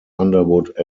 underwood